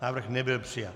Návrh nebyl přijat.